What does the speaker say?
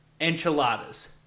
enchiladas